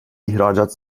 ihracat